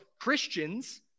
Christians